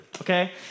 okay